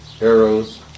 arrows